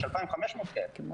יש 2,500 כאלה.